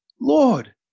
Lord